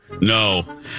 No